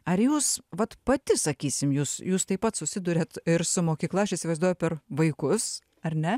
ar jūs vat pati sakysim jūs jūs taip pat susiduriat ir su mokykla aš įsivaizduoju per vaikus ar ne